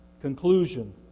conclusion